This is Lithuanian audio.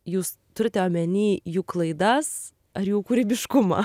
jūs turite omeny jų klaidas ar jų kūrybiškumą